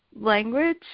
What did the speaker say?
language